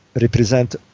represent